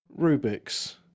Rubik's